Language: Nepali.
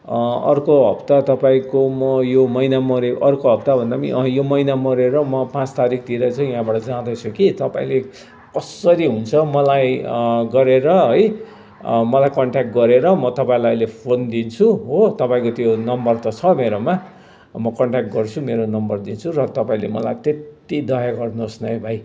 अर्को हप्ता तपाईँको म यो महिना मर्यो अर्को हप्ता भन्दा पनि यो महिना मरेर म पाँच तारिखतिर चाहिँ यहाँबाट जाँदैछु कि तपाईँले कसरी हुन्छ मलाई गरेर है मलाई कन्टेक्ट गरेर म तपाईँलाई अहिले फोन दिन्छु हो तपाईँको त्यो नम्बर त छ मेरोमा म कन्टेक्ट गर्छु मेरो नम्बर दिन्छु र तपाईँले मलाई त्यति दया गर्नुस् न ए भाइ